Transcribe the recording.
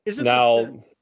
Now